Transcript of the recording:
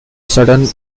sudden